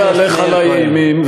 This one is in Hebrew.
אל תהלך עלי אימים,